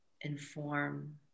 inform